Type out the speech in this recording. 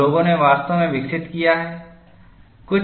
और लोगों ने वास्तव में विकसित किया है